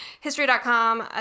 history.com